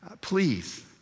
please